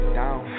down